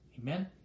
Amen